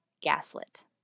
gaslit